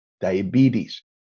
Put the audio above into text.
diabetes